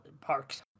parks